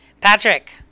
Patrick